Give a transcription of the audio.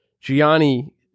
gianni